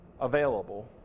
available